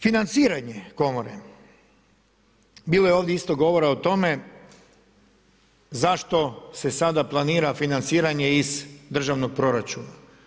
Financiranje komore, bilo je ovdje isto govora o tome zašto se sada planira financiranje iz državnog proračuna?